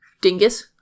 Dingus